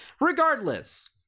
regardless